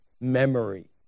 memory